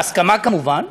בהסכמה כמובן,